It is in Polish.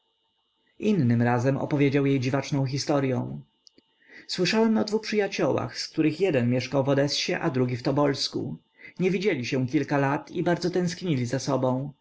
innym razem opowiedział jej dziwaczną historyą słyszałem o dwu przyjaciołach z których jeden mieszkał w odesie a drugi w tobolsku nie widzieli się kilka lat i bardzo tęsknili za sobą